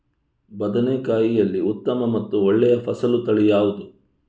ಬದನೆಕಾಯಿಯಲ್ಲಿ ಉತ್ತಮ ಮತ್ತು ಒಳ್ಳೆಯ ಫಸಲು ತಳಿ ಯಾವ್ದು?